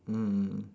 mm